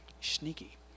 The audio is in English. Sneaky